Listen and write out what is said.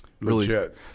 legit